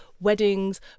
weddings